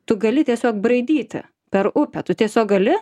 tu gali tiesiog braidyti per upę tu tiesiog gali